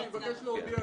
אני מבקש להודיע,